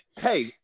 hey